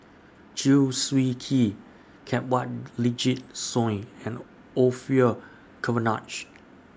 Chew Swee Kee Kanwaljit Soin and Orfeur Cavenagh